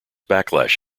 backlash